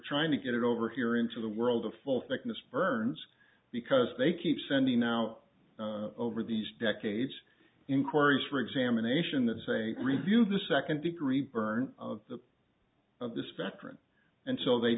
trying to get it over here into the world of full thickness burns because they keep sending out over these decades inquiries for examination that say review the second degree burn of the of the spectrum and so they